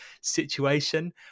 situation